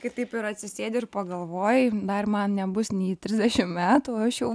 kai taip ir atsisėdi ir pagalvoji dar man nebus nė trisdešimt metų o aš jau